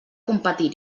competir